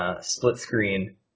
split-screen